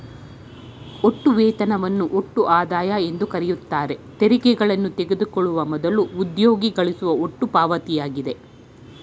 ಒಟ್ಟು ವೇತನವನ್ನು ಒಟ್ಟು ಆದಾಯ ಎಂದುಕರೆಯುತ್ತಾರೆ ತೆರಿಗೆಗಳನ್ನು ತೆಗೆದುಕೊಳ್ಳುವ ಮೊದಲು ಉದ್ಯೋಗಿ ಗಳಿಸುವ ಒಟ್ಟು ಪಾವತಿಯಾಗಿದೆ